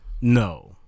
No